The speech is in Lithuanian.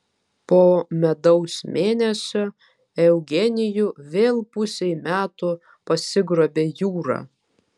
po medaus mėnesio eugenijų vėl pusei metų pasigrobė jūra